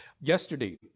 Yesterday